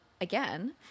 again